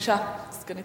סגנית